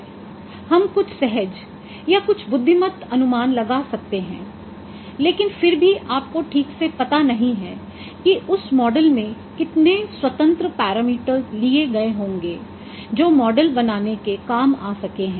हम कुछ सहज या कुछ बुद्धिमत्त अनुमान लगा सकते हैं लेकिन फिर भी आपको ठीक से पता नहीं है कि उस मॉडल में कितने स्वतंत्र पैरामीटर्स लिए गए होंगे जो मॉडल बनाने के काम आ सके है